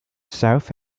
south